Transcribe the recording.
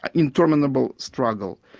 ah interminable struggle,